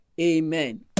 amen